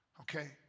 Okay